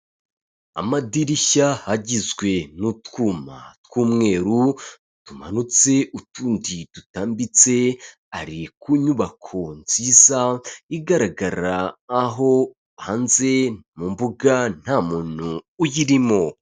Amadirishya agizwe n'utwuma tw'umweru tumanutse utundi dutambitse ari ku nyubako nziza igaragara, aho hanze mu mbuga nta muntu uyirimo.